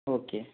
okay